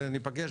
ניפגש